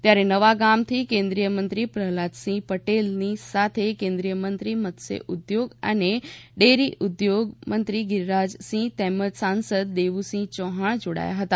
ત્યારે નવાગામ થી કેન્દ્રીય મંત્રી પ્રહલાદ સિંહ પટેલ ની સાથે કેન્દ્રીય મંત્રી મત્સ્ય ઉદ્યોગ અને ડેરી ઉદ્યોગ ગિરિરાજ સિંહ તેમજ સાંસદ દેવુંસિંહ ચૌહાણ જોડાયા હતા